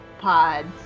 pods